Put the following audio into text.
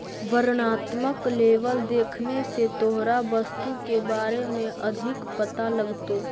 वर्णात्मक लेबल देखने से तोहरा वस्तु के बारे में अधिक पता लगतो